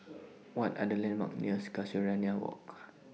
What Are The landmarks near Casuarina Walk